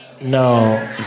no